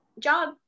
job